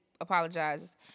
apologizes